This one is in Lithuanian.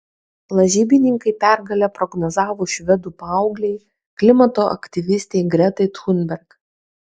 lažybininkai pergalę prognozavo švedų paauglei klimato aktyvistei gretai thunberg